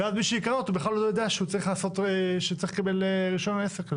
ואז מי שיקרא אותו בכלל לא יודע שהוא צריך לקבל רישיון עסק.